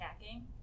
attacking